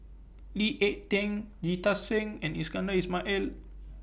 Lee Ek Tieng Jita Singh and Iskandar Ismail